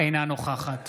אינה נוכחת